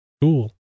cool